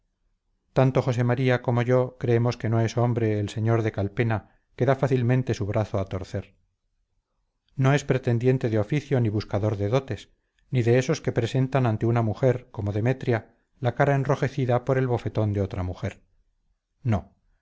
tanto josé maría como yo creemos que no es hombre el sr de calpena que da fácilmente su brazo a torcer no es pretendiente de oficio ni buscador de dotes ni de estos que presentan ante una mujer como demetria la cara enrojecida por el bofetón de otra mujer no